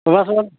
সকাল সকাল